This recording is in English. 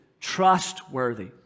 trustworthy